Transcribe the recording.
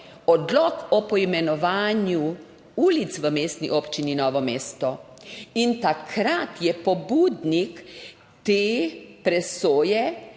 Odlok o poimenovanju ulic v Mestni občini Novo mesto in takrat je pobudnik te presoje